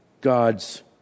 God's